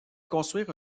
construire